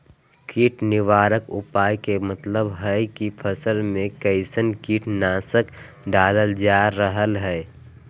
कीट निवारक उपाय के मतलव हई की फसल में कैसन कीट नाशक डालल जा रहल हई